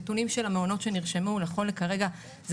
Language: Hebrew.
נתונים של המעונות שנרשמו נכון להרגע זה